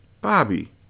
Bobby